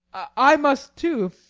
i must, too.